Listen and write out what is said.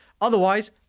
Otherwise